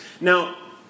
now